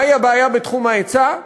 מהי הבעיה בתחום ההיצע?